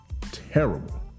Terrible